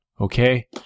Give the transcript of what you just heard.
Okay